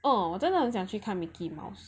oh 我真的很想去看 Mickey Mouse